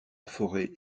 forêt